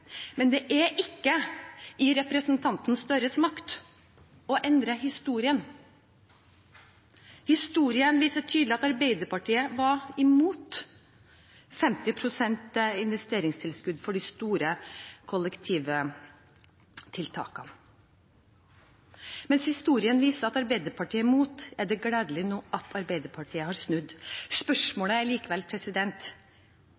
men det er ikke i representanten Gahr Støres makt å endre historien. Historien viser tydelig at Arbeiderpartiet var imot 50 pst. investeringstilskudd for de store kollektivtiltakene. Mens historien viser at Arbeiderpartiet var imot, er det gledelig at Arbeiderpartiet nå har snudd.